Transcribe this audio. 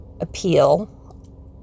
appeal